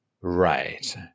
Right